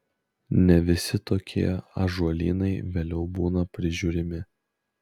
ne visi tokie ąžuolynai vėliau būna prižiūrimi